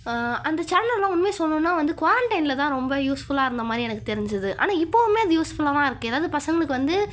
அந்த சேனல்லாம் உண்மையை சொல்லணும்னா வந்து கோரன்டைனில் தான் ரொம்ப யூஸ்ஃபுல்லாக இருந்த மாதிரி எனக்கு தெரிஞ்சுது ஆனால் இப்போவுமே அது யூஸ்ஃபுல்லாக தான் இருக்குது ஏதாவது பசங்களுக்கு வந்து